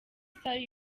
star